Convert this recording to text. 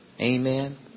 Amen